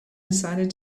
decided